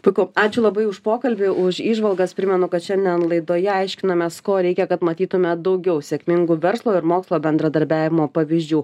puiku ačiū labai už pokalbį už įžvalgas primenu kad šiandien laidoje aiškinamės ko reikia kad matytume daugiau sėkmingų verslo ir mokslo bendradarbiavimo pavyzdžių